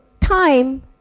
time